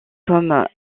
comme